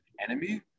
enemy